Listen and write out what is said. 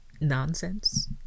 nonsense